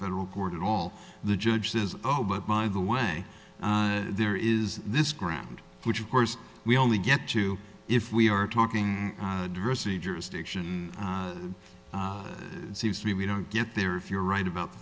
federal court at all the judge says oh but by the way there is this ground which of course we only get to if we are talking diversity jurisdiction seems to be we don't get there if you're right about the